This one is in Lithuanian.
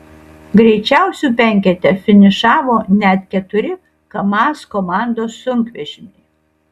greičiausių penkete finišavo net keturi kamaz komandos sunkvežimiai